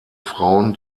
frauen